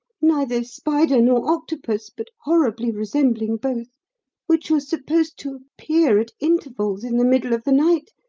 neither spider nor octopus, but horribly resembling both which was supposed to appear at intervals in the middle of the night,